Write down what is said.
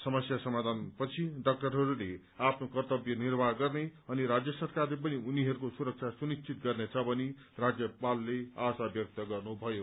समस्या समाधान पछि डाक्टरहरूले आफ्नो कर्तव्य निर्वाह गर्ने अनि राज्य सरकारले पनि उनीहरूको सुरक्षा सुनिश्चित गर्नेछन् भनी राज्यपालले आशा व्यक्त गर्नभयो